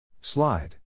Slide